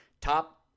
Top